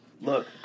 Look